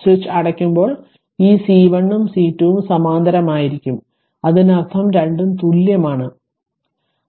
switch അടയ്ക്കുമ്പോൾ ഈ C1 ഉം C2 ഉം സമാന്തരമായിരിക്കും അതിനർത്ഥം രണ്ടും തുല്യമാണ്